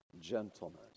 gentleness